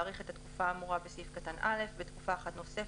להאריך את התקופה האמורה בסעיף קטן (א) בתקופה אחת נוספת,